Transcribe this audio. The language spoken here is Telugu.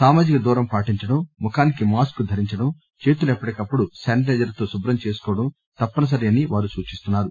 సామాజిక దూరం పాటించడం ముఖానికి మాస్కు ధరించడం చేతులు ఎప్పటికప్పుడు శానిటైజర్ తో కుభ్రం చేసుకోవడం తప్పనిసరి అని వారు సూచిస్తున్నారు